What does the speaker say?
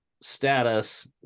status